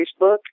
Facebook